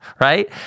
right